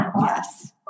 Yes